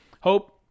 hope